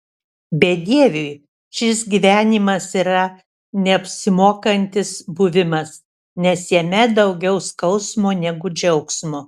bedieviui šis gyvenimas yra neapsimokantis buvimas nes jame daugiau skausmo negu džiaugsmo